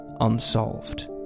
unsolved